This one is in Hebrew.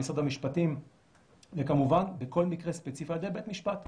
משרד המשפטים וכמובן בכל מקרה ספציפי על ידי בית משפט.